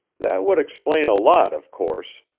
that would explain a lot, of course.